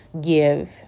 give